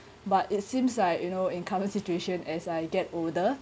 but it seems like you know in current situation as I get older